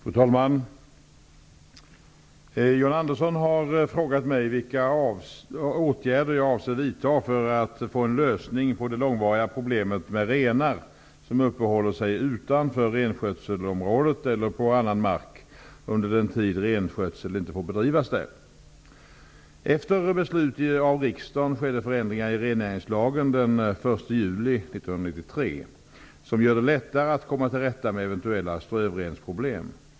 Fru talman! John Andersson har frågat mig vilka åtgärder jag avser vidta för att få en lösning på det långvariga problemet med renar som uppehåller sig utanför renskötselområdet eller på annan mark under den tid renskötsel inte får bedrivas där. Efter beslut av riksdagen skedde förändringar i rennäringslagen den 1 juli 1993 som gör det lättare att komma till rätta med eventuella strövrensproblem.